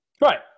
Right